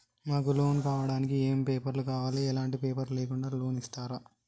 మాకు లోన్ కావడానికి ఏమేం పేపర్లు కావాలి ఎలాంటి పేపర్లు లేకుండా లోన్ ఇస్తరా?